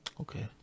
Okay